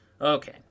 Okay